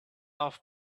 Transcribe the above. off